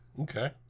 Okay